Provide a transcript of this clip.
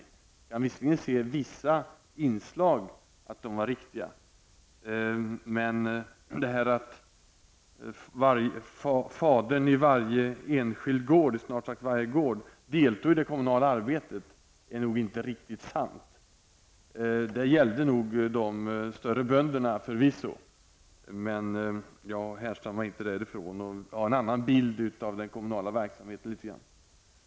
Jag kan visserligen säga att vissa inslag i framställningen var riktiga, men att fadern i snart sagt varje gård deltog i det kommunala arbetet är inte riktigt sant. Förvisso gällde det storbönderna, men jag härstammar inte därifrån och har en annan bild av den kommunala verksamheten.